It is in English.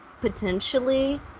Potentially